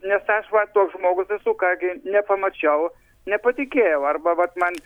nes aš va toks žmogus esu ką gi nepamačiau nepatikėjau arba vat man